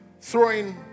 throwing